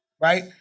right